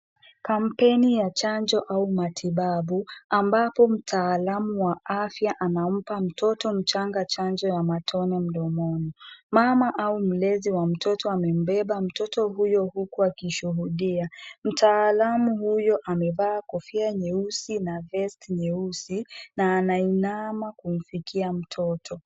Kampeni ya chanjo au matibabu, ambapo mtaalamu wa afya anampa mtoto mchanga chanjo ya matone mdomoni. Mama au mlezi wa mtoto amembeba mtoto huyo huku akishuhudia. Mtaalamu huyo amevaa kofia nyeusi, na vest nyeusi, na anainama kumfikia mtoto.